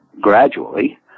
gradually